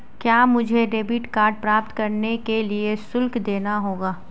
क्या मुझे debit card प्राप्त करने के लिए शुल्क देना होगा?